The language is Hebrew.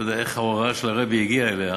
לא יודע איך ההוראה של הרעבע הגיעה אליה,